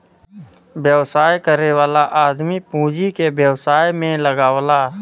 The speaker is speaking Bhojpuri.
व्यवसाय करे वाला आदमी पूँजी के व्यवसाय में लगावला